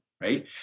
right